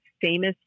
famous